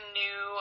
new